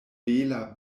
bela